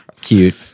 cute